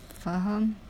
faham